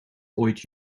ooit